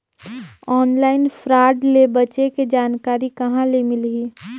Online fraud ले बचे के जानकारी कहां ले मिलही?